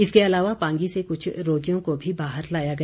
इसके अलावा पांगी से कुछ रोगियों को भी बाहर लाया गया